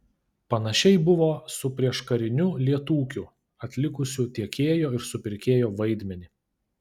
panašiai buvo su prieškariniu lietūkiu atlikusiu tiekėjo ir supirkėjo vaidmenį